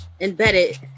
embedded